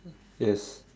yes